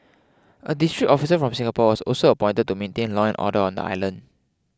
a district officer from Singapore was also appointed to maintain law and order on the island